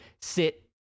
sit